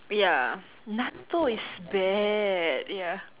ya natto is bad ya